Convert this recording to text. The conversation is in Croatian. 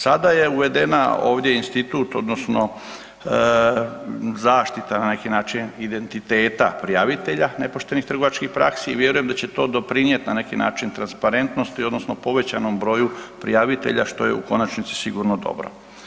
Sada je uvedena ovdje institut odnosno zaštita na neki način identiteta prijavitelja nepoštenih trgovačkih praksi i vjerujem da će to doprinijet na neki način transparentnosti odnosno povećanom broju prijavitelja, što je u konačnici sigurno dobro.